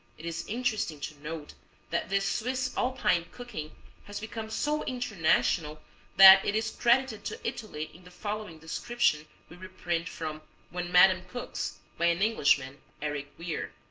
it is interesting to note that this swiss alpine cooking has become so international that it is credited to italy in the following description we reprint from when madame cooks, by an englishman, eric weir